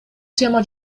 тема